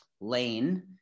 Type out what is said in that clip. lane